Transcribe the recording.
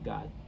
God